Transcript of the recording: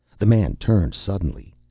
the man turned suddenly.